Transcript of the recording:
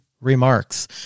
remarks